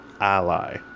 Ally